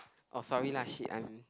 oh sorry lah shit I'm